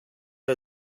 are